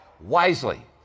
wisely